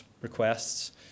requests